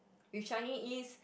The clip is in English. with Changi-East